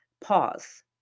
pause